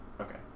Okay